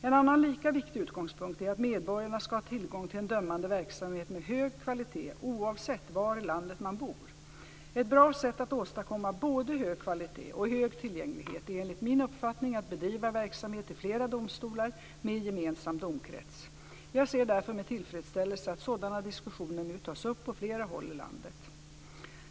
En annan lika viktig utgångspunkt är att medborgarna ska ha tillgång till en dömande verksamhet med hög kvalitet oavsett var i landet man bor. Ett bra sätt att åstadkomma både hög kvalitet och hög tillgänglighet är enligt min uppfattning att bedriva verksamhet i flera domstolar med gemensam domkrets. Jag ser därför med tillfredsställelse att sådana diskussioner nu tas upp på flera håll i landet.